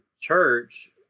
church